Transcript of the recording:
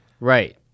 Right